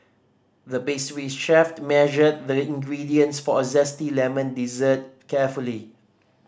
the pastry chef measured the ingredients for a zesty lemon dessert carefully